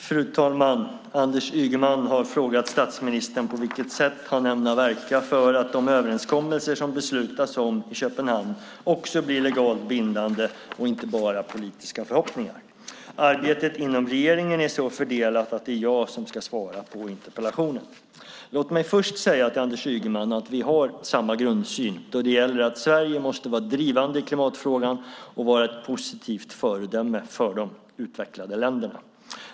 Fru talman! Anders Ygeman har frågat statsministern på vilket sätt han ämnar verka för att de överenskommelser som det beslutas om i Köpenhamn också blir legalt bindande och inte bara politiska förhoppningar. Arbetet inom regeringen är så fördelat att det är jag som ska svara på interpellationen. Låt mig först säga till Anders Ygeman att vi har samma grundsyn då det gäller att Sverige måste vara drivande i klimatfrågan och vara ett positivt föredöme för de utvecklade länderna.